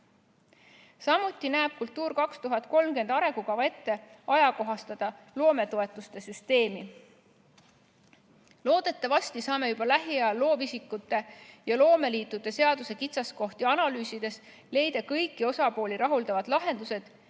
arengukava "Kultuur 2030" ette, et tuleb ajakohastada loometoetuste süsteemi. Loodetavasti saame juba lähiajal loovisikute ja loomeliitude seaduse kitsaskohti analüüsides leida kõiki osapooli rahuldavad lahendused